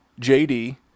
JD